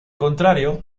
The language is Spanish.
contrario